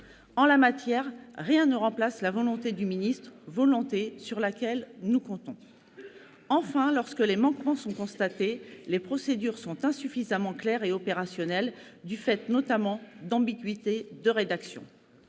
En la matière, rien ne remplace la volonté du ministre, volonté sur laquelle nous comptons. Enfin, lorsque des manquements sont constatés, les procédures sont insuffisamment claires et opérationnelles, du fait, notamment, d'ambiguïtés de rédaction.